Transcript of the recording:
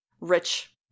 rich